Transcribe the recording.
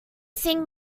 sing